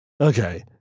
Okay